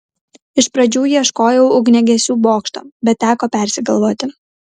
iš pradžių ieškojau ugniagesių bokšto bet teko persigalvoti